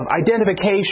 identification